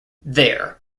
there